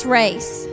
race